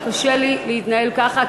קשה לי להתנהל ככה,